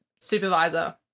supervisor